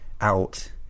out